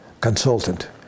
consultant